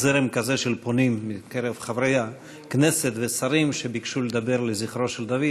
זרם כזה של פונים מקרב חברי הכנסת ושרים שביקשו לדבר לזכרו של דוד.